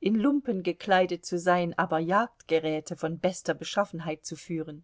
in lumpen gekleidet zu sein aber jagdgeräte von bester beschaffenheit zu führen